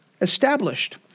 established